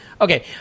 okay